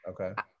Okay